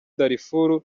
darifuru